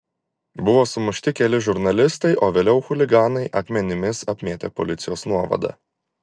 buvo sumušti keli žurnalistai o vėliau chuliganai akmenimis apmėtė policijos nuovadą